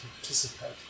participate